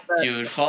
Dude